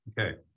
okay